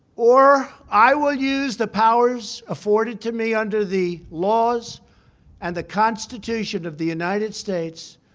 or i will use the powers afforded to me under the laws and the constitution of the united states